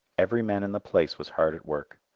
every man in the place was hard at work,